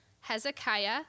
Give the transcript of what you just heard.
Hezekiah